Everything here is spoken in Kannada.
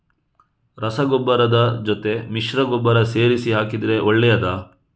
ರಸಗೊಬ್ಬರದ ಜೊತೆ ಮಿಶ್ರ ಗೊಬ್ಬರ ಸೇರಿಸಿ ಹಾಕಿದರೆ ಒಳ್ಳೆಯದಾ?